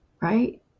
Right